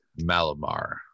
Malamar